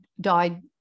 died